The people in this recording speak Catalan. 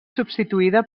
substituïda